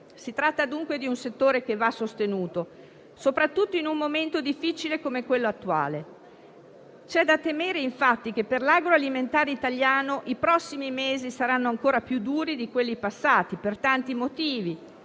di *export.* È un settore che va sostenuto, soprattutto in un momento difficile come quello attuale. C'è da temere, infatti, che per l'agroalimentare italiano i prossimi mesi saranno ancora più duri di quelli passati per tanti motivi,